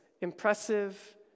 impressive